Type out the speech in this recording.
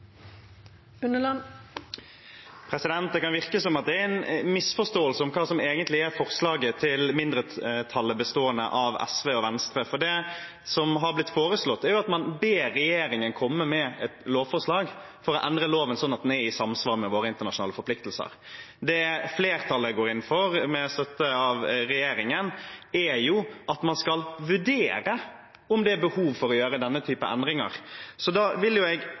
en misforståelse om hva som egentlig er forslaget til mindretallet, bestående av SV og Venstre, for det som har blitt foreslått, er at man ber regjeringen komme med et lovforslag for å endre loven, sånn at den er i samsvar med våre internasjonale forpliktelser. Det flertallet går inn for, med støtte av regjeringen, er jo at man skal vurdere om det er behov for å gjøre denne type endringer. Da vil jeg